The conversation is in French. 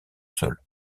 sol